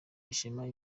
ishema